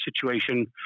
situation